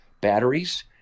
batteries